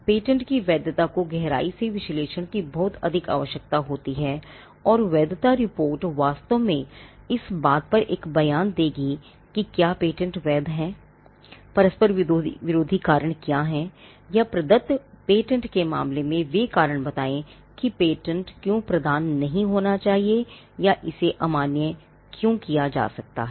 patent की वैधता को गहराई से विश्लेषण की बहुत अधिक आवश्यकता होती है और वैधता रिपोर्ट वास्तव में इस बात पर एक बयान देगी कि क्या पेटेंट वैध है परस्पर विरोधी कारण क्या हैं या प्रदत्त पेटेंट के मामले में वे कारण बताएं कि पेटेंट क्यों प्रदान नहीं होना चाहिए या इसे अमान्य क्यों किया जा सकता है